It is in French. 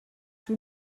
tout